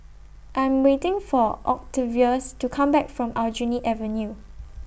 I'm waiting For Octavius to Come Back from Aljunied Avenue